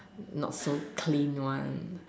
not so clean one